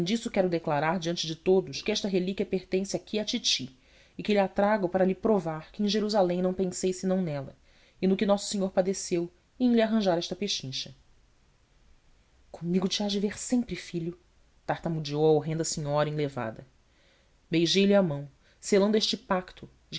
disso quero declarar diante de todos que esta relíquia pertence aqui à titi e que lha trago para lhe provar que em jerusalém não pensei senão nela e no que nosso senhor padeceu e em lhe arranjar esta pechincha comigo te hás de ver sempre filho tartamudeou a horrenda senhora enlevada beijei lhe a mão selando este pacto